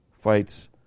Fights